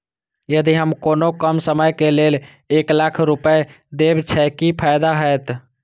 यदि हम कोनो कम समय के लेल एक लाख रुपए देब छै कि फायदा होयत?